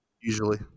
usually